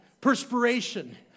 Perspiration